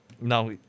now